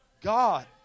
God